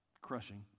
Crushing